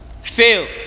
Fail